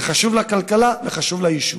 זה חשוב לכלכלה וחשוב ליישוב.